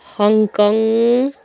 Hong Kong